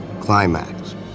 climax